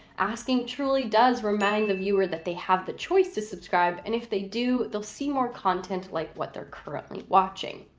asking truly does remind the viewer that they have the choice to subscribe and if they do, do, they'll see more content like what they're currently watching.